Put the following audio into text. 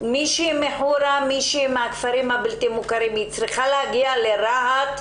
אישה מחורה או אישה מן הכפרים הבלתי מוכרים צריכה להגיע לרהט?